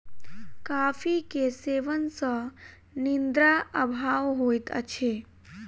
coffee के सेवन सॅ निद्रा अभाव होइत अछि